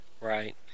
right